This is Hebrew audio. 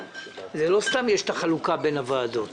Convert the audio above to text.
לא סתם יש את החלוקה בין הוועדות.